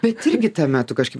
bet irgi tuo metu kažkaip